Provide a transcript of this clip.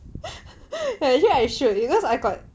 actually I should because I got